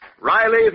Riley